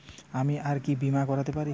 আমি আর কি বীমা করাতে পারি?